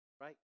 Right